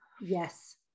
yes